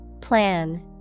Plan